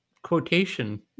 quotation